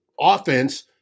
offense